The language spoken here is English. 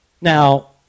Now